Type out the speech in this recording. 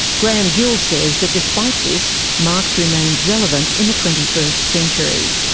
graeme gill says that despite this, marx remains relevant in the twenty first century.